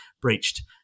breached